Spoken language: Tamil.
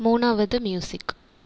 மூணாவது மியூசிக்